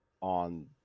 on –